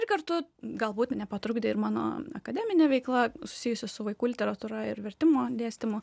ir kartu galbūt nepatrukdė ir mano akademinė veikla susijusi su vaikų literatūra ir vertimo dėstymu